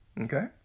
okay